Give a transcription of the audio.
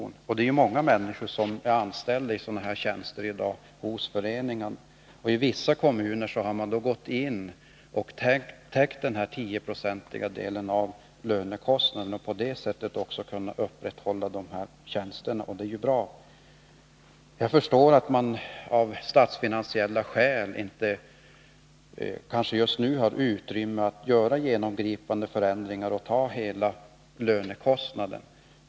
Det är många människor hos föreningarna som i dag är anställda i sådana tjänster. Vissa kommuner har gått in och täckt 10-procentsdelen av lönekostnaderna och på så sätt kunnat upprätthålla dessa tjänster. Det är ju bra. Jag förstår att man av statsfinansiella skäl kanske inte just nu har utrymme att göra genomgripande förändringar och ta över hela lönekostnaden.